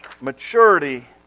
Maturity